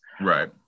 Right